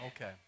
Okay